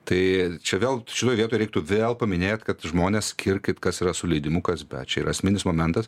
tai čia vėl šitoj vietoj reiktų vėl paminėt kad žmonės skirkit kas yra su leidimu kas be čia yra esminis momentas